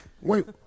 Wait